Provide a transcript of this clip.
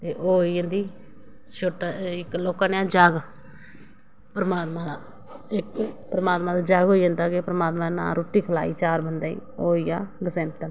ते एह् होई जंदी इक्क लौह्का निहा जग्ग परमात्मा दा परमात्मा दा नां दा जग्ग होई जंदा चार बंदे गी रुट्टी खलाई ओह् होइया गसैंतन